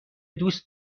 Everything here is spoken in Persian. دوست